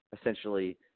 essentially